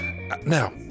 Now